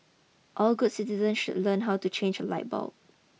all good citizens should learn how to change a light bulb